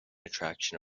attraction